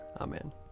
Amen